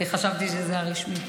אני חשבתי שזה רשמי.